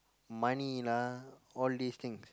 money lah all these things